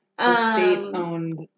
state-owned